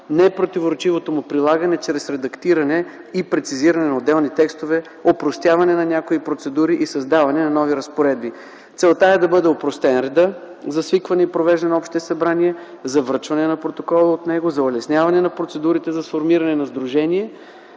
непротиворечивото му прилагане чрез редактиране и прецизиране на отделни текстове, опростяване на някои процедури и създаване на нови разпоредби. Целта е да бъде опростен редът за свикване и провеждане на общите събрания, за връчване на протокола от него, за улесняване на процедурите за сформиране на сдружение